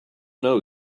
know